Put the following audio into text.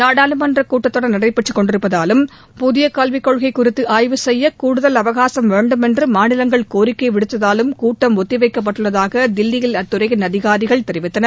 நாடாளுமன்ற கூட்டத்தொடர் நடைபெற்றுக் கொண்டிருப்பதாலும் புதிய கல்விக் கொள்கை குறித்து ஆய்வு செய்ய கூடுதல் அவகாசம் வேண்டும் என்று மாநிலங்கள் கோரிக்கை விடுத்ததாலும் கூட்டம் ஒத்தி வைக்கப்பட்டுள்ளதாக தில்லியில் அத்துறையின் அதிகாரிகள் தெரிவித்தனர்